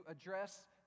address